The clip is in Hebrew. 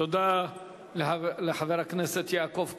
תודה לחבר הכנסת יעקב כץ.